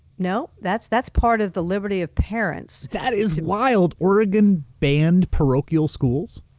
no, that's that's part of the liberty of parents. that is wild. oregon banned parochial schools?